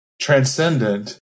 transcendent